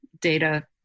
data